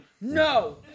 No